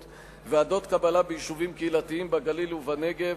(ועדות קבלה ביישובים קהילתיים בגליל ובנגב),